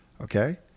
okay